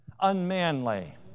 Unmanly